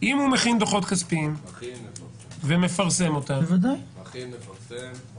אם הוא מגיש דוחות כספיים ומפרסם אותם, למה אנחנו